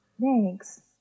thanks